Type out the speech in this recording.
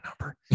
number